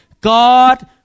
God